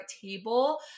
table